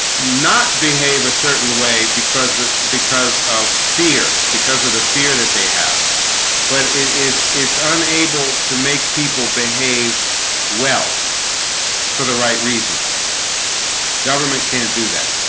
not behave a certain way because the because of fear because of the fear that they have but it's it's ah unable to make people behave well for the right reasons government, can't do that